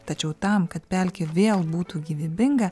tačiau tam kad pelkė vėl būtų gyvybinga